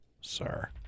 sir